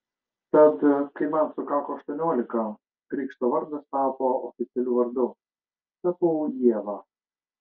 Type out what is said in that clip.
tad kai man sukako aštuoniolika krikšto vardas tapo oficialiu vardu tapau ieva